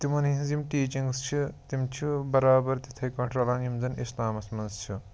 تِمَن ہنٛز یِم ٹیٖچِنٛگٕز چھِ تِم چھِ بَرابَر تِتھے پٲٹھۍ رَلان یِم زَن اِسلامَس منٛز چھِ